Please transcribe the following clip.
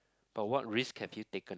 but what risk have you taken